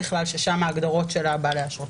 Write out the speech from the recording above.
שם ההגדרות של בעלי האשרות.